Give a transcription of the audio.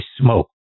smoke